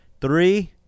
three